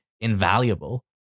invaluable